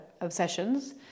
obsessions